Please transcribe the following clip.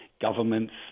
governments